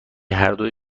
هردو